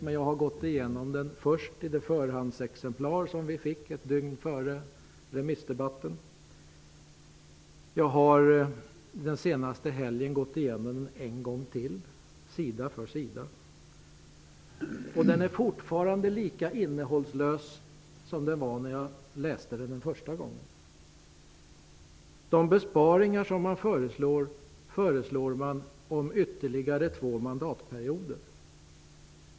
Men jag har gått igenom den, först i det förhandsexemplar som vi fick ett dygn före remissdebatten. Jag har under den senaste helgen gått igenom den ytterligare en gång, sida för sida. Jag uppfattar den fortfarande som lika innehållslös som första gången jag läste den. Man föreslår att de föreslagna besparingarna skall få verkan först efter ytterligare två mandatperioder.